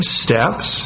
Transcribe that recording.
steps